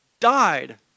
died